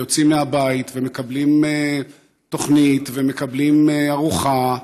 יוצאים מהבית ומקבלים תוכנית ומקבלים ארוחה,